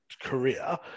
Career